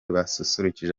basusurukije